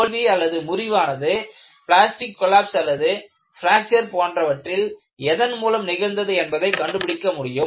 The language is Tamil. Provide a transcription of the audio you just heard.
தோல்வி முறிவு ஆனது பிளாஸ்டிக் கொல்லாப்ஸ் அல்லது பிராக்சர் போன்றவற்றில் எதன் மூலம் நிகழ்ந்தது என்பதை கண்டுபிடிக்க முடியும்